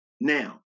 Now